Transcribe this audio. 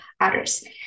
others